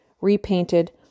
repainted